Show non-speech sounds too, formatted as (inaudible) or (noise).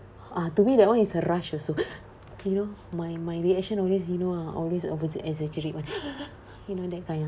ah to me that one is a rush also (breath) you know my my reaction always you know ah always opposite exaggerate one (breath) you know that kind ah